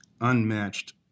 unmatched